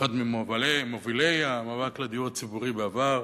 אחד ממובילי המאבק לדיור הציבורי בעבר,